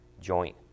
joint